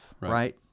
right